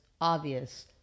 obvious